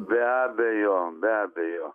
be abejo be abejo